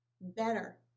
better